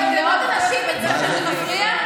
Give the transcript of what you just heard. סתם לזרוק שמות.